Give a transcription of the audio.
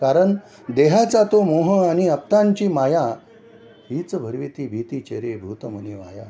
कारण देहाचा तो मोह आणि आप्तांची माया हीच भरविती भीतीचे रे भूत मनी माया